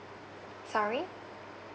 sorry